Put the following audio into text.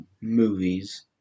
movies